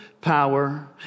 power